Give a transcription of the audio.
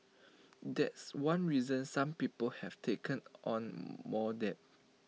that's one reason some people have taken on more debt